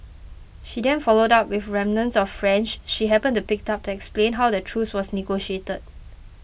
she then followed up with remnants of French she happened to pick up to explain how the truce was negotiated